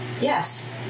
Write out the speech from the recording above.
Yes